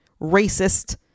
racist